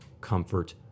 comfort